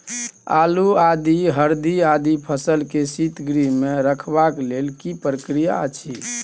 आलू, आदि, हरदी आदि फसल के शीतगृह मे रखबाक लेल की प्रक्रिया अछि?